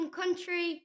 country